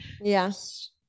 Yes